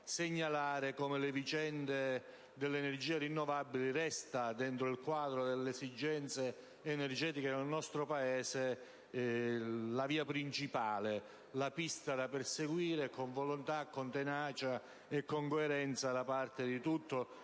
segnalare come la vicenda delle energie rinnovabili resti, nel quadro delle esigenze energetiche del nostro Paese, la via principale e la pista da perseguire con volontà, con tenacia e con coerenza da parte di tutto